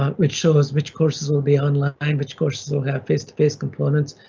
um which shows which courses will be online, which courses will have face to face components.